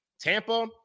Tampa